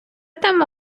тема